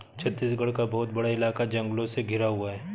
छत्तीसगढ़ का बहुत बड़ा इलाका जंगलों से घिरा हुआ है